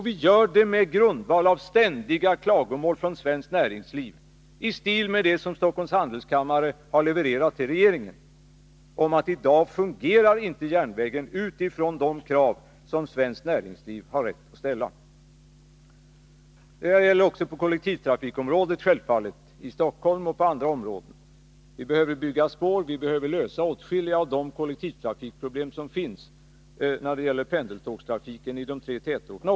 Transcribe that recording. Vi gör det på grundval av ständiga klagomål från svenskt näringsliv, i stil med det som Stockholms handelskammare har levererat till regeringen, om att i dag fungerar inte järnvägen utifrån de krav som näringslivet har rätt att ställa. Det här gäller självfallet också persontrafiken i Stockholm och i andra områden. Vi behöver bygga spår. Vi behöver lösa åtskilliga av de problem som finns i fråga om pendeltågstrafiken i de tre största tätortsområdena.